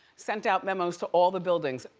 sent out memos to all the buildings.